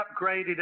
upgraded